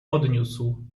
odniósł